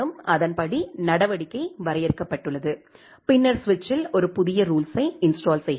அதன்படி நடவடிக்கை வரையறுக்கப்பட்டுள்ளது பின்னர் சுவிட்சில் ஒரு புதிய ரூல்ஸ்ஸை இன்ஸ்டால் செய்கிறோம்